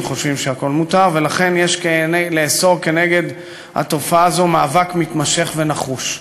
ולכן יש לעשות כנגד התופעה הזאת מאבק מתמשך ונחוש.